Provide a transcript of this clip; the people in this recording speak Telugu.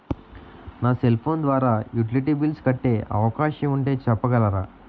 నా సెల్ ఫోన్ ద్వారా యుటిలిటీ బిల్ల్స్ కట్టే అవకాశం ఉంటే చెప్పగలరా?